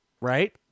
Right